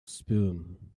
spume